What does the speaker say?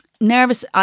nervous